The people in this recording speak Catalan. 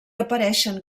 apareixen